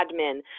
admin